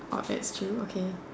orh that's true okay